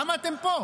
למה אתם פה?